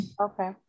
okay